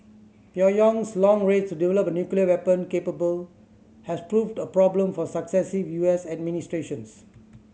Pyongyang's long race to develop a nuclear weapon capable has proved a problem for successive U S administrations